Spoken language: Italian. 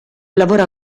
lavora